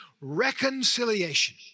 reconciliation